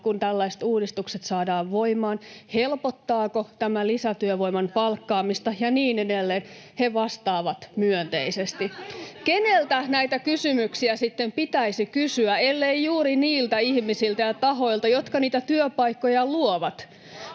kun tällaiset uudistukset saadaan voimaan, helpottaako tämä lisätyövoiman palkkaamista ja niin edelleen, he vastaavat myönteisesti. [Krista Kiurun välihuuto] Keneltä näitä kysymyksiä sitten pitäisi kysyä, ellei juuri niiltä ihmisiltä ja tahoilta, jotka niitä työpaikkoja luovat?